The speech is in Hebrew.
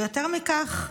יותר מכך,